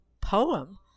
poem